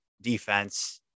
Defense